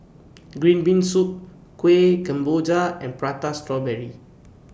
Green Bean Soup Kueh Kemboja and Prata Strawberry